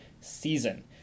season